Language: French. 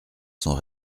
sont